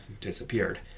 disappeared